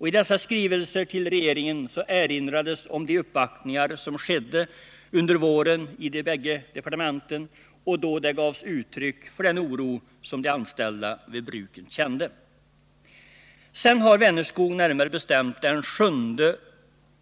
I skrivelserna till regeringen erinrades om de uppvaktningar som skedde under våren i de bägge departementen, då det gavs uttryck för den oro de anställda vid bruket kände. Sedan har Vänerskog — närmare bestämt den 7